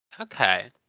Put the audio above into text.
Okay